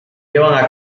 llevan